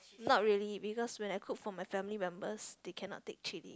not really because when I cook for my family members they cannot take chilli